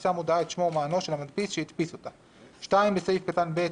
תישא מודעה את שמו ומענו של המדפיס שהדפיס אותה,"; (2) בסעיף קטן (ב),